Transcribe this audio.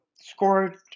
scored